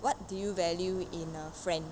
what do you value in a friend